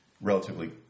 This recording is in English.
relatively